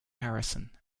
harrison